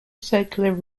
circular